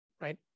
right